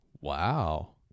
Wow